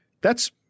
that's-